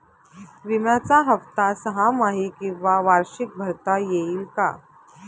विम्याचा हफ्ता सहामाही किंवा वार्षिक भरता येईल का?